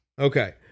Okay